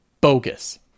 bogus